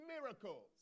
miracles